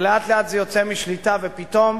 ולאט-לאט זה יוצא משליטה, ופתאום